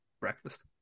breakfast